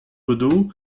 bodo